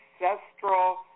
ancestral